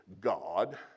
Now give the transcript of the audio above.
God